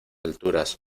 alturas